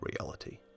reality